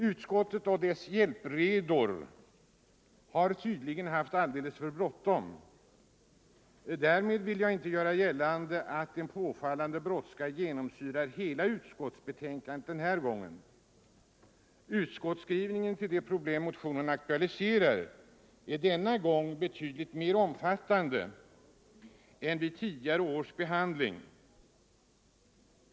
Utskottet och dess hjälpredor har tydligen haft — Vissa frågor alldeles för bråttom. Därmed vill jag inte göra gällande att en påfallande rörande skogsindubrådska genomsyrar hela utskottsbetänkandet den här gången. Utskotts = strin skrivningen till det problem motionen aktualiserar är denna gång betydligt mer omfattande än vid tidigare års behandling.